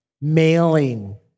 mailing